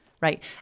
right